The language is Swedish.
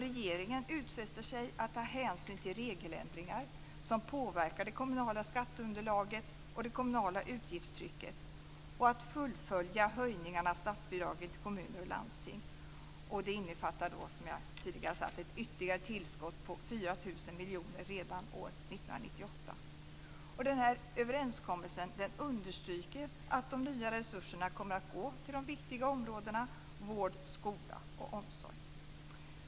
Regeringen utfäster sig att ta hänsyn till regeländringar som påverkar det kommunala skatteunderlaget och det kommunala utgiftstrycket och att fullfölja höjningarna av statsbidragen till kommuner och landsting. Det innefattar, som jag tidigare har sagt, ett ytterligare tillskott på 4 000 miljoner redan år 1998. Denna överenskommelse understryker att de nya resurserna kommer att gå till de viktiga områdena vård, skola och omsorg.